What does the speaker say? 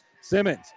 Simmons